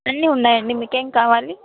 అన్నీ ఉన్నాయండి మీకేమి కావాలి